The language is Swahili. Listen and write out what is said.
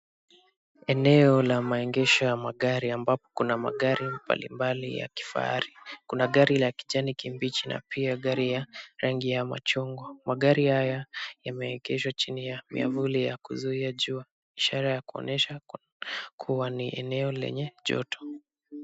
Eneo la maegesho ya magari ambapo kuna magari mbalimbali ya kifahari. Kuna gari la kijani kibichi na pia gari ya rangi ya machungwa. Magari haya yameegeshwa chini ya miavuli ya kuzuia jua, ishara ya kuonyesha kuwa ni eneo lenye joto.